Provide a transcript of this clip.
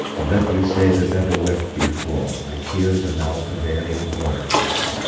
and let me say, that never wept before, my tears are now prevailing orators.